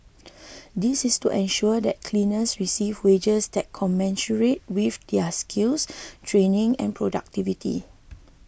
this is to ensure that cleaners receive wages that commensurate with their skills training and productivity